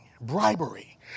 bribery